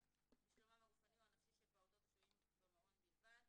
בשלומם הגופני או הנפשי של פעוטות השוהים במעון בלבד".